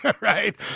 right